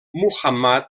muhammad